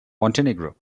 montenegro